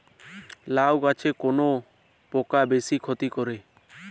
লাউ গাছে কোন পোকা বেশি ক্ষতি করে?